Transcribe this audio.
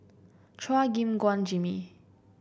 Chua Gim Guan Jimmy